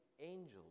angels